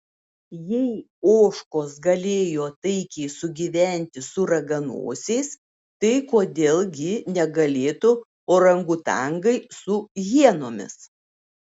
jei ožkos galėjo taikiai sugyventi su raganosiais tai kodėl gi negalėtų orangutangai su hienomis